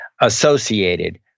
associated